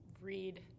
read